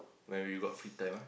when we got free time ah